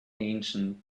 ancient